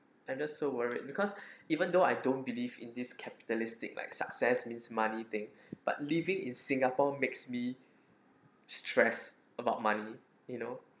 and also worried because even though I don't believe in this capitalistic like success means money thing but living in singapore makes me stressed about money you know